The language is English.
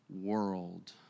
world